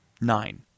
Nine